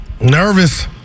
Nervous